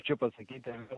čia pasakyti tenka